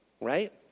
right